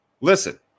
Listen